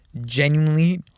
genuinely